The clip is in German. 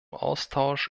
austausch